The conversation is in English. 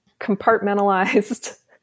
compartmentalized